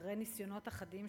אחרי ניסיונות אחדים,